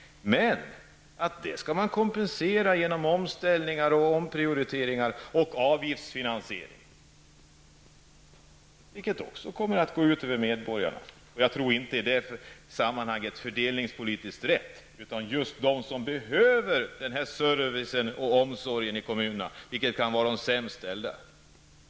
Men detta skall man kompensera genom omställningar, omprioriteringar och avgiftsfinansiering, något som också kommer att gå ut över medborgarna. Jag tror inte att detta i sammanhanget är fördelningspolitiskt rätt. Det är just de som behöver servicen och omsorgen i kommunerna som är de sämst ställda.